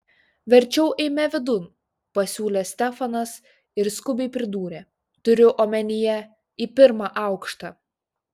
verčiau eime vidun pasiūlė stefanas ir skubiai pridūrė turiu omenyje į pirmą aukštą